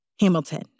Hamilton